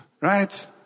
Right